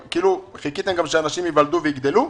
חיכיתם שגם אנשים יולדו ויגדלו?